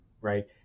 right